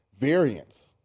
variance